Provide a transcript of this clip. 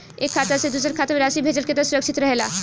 एक खाता से दूसर खाता में राशि भेजल केतना सुरक्षित रहेला?